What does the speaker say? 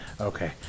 Okay